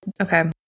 Okay